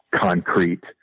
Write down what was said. concrete